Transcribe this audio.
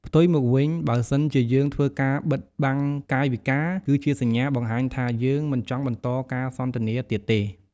ផ្ទុយមកវិញ បើសិនជាយើងធ្វើការបិតបាំងកាយវិការ គឺជាសញ្ញាបង្ហាញថាយើងមិនចង់បន្តការសន្ទនាទៀតទេ។